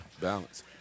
balance